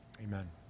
amen